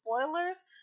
spoilers